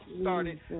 started